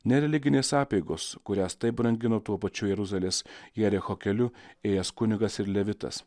ne religinės apeigos kurias taip brangino tuo pačiu jeruzalės jericho keliu ėjęs kunigas ir levitas